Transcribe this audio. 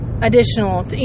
additional